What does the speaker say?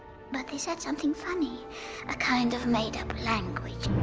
but they said something funny, a kind of made up language.